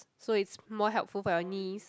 so it's more helpful for your knees